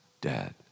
Dad